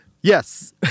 Yes